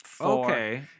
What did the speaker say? Okay